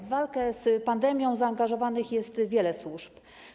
W walkę z pandemią zaangażowanych jest wiele służb.